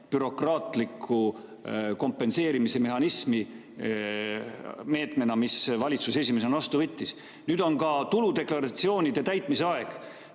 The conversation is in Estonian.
bürokraatlikku kompenseerimismehhanismi, meedet, mille valitsus esimesena vastu võttis. Nüüd on ka tuludeklaratsioonide täitmise aeg.